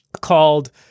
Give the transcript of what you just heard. called